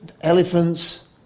elephants